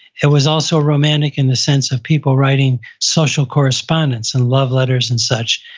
it was also romantic in the sense of people writing social correspondence and love letters and such,